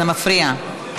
זה מפריע.